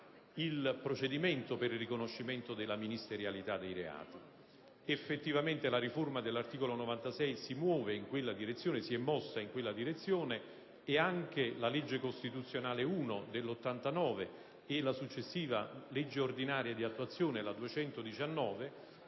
il procedimento per il riconoscimento della ministerialità dei reati. Effettivamente, la riforma dell'articolo 96 si è mossa in quella direzione e la legge costituzionale n. 1 del 1989 e la successiva legge ordinaria di attuazione, la n.